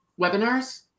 webinars